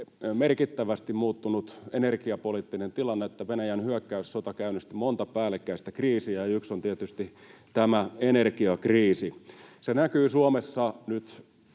merkittävästi muuttunut energiapoliittinen tilanne. Venäjän hyökkäyssota käynnisti monta päällekkäistä kriisiä, ja yksi on tietysti tämä energiakriisi. Se näkyy Suomessa nyt